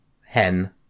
Hen